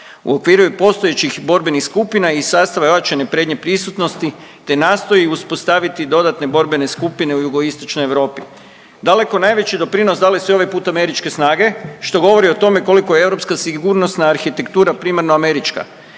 U okviru i postojećih borbenih skupina i sastava ojačane prednje prisutnosti te nastoji uspostaviti dodatne borbene skupine u jugoistočnoj Europi. Daleko najveći doprinos dale su i ovaj put američke snage što govori o tome koliko je europska sigurnosna arhitektura primarno američka.